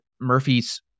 Murphy's